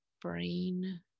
brain